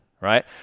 right